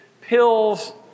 pills